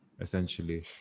Essentially